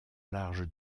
large